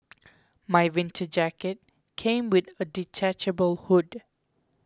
my winter jacket came with a detachable hood